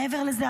מעבר לזה,